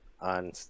on